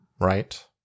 right